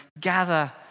gather